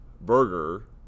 burger